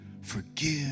forgive